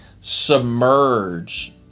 submerge